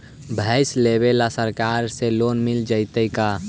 भैंस लेबे ल सरकार से लोन मिल जइतै का?